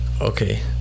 okay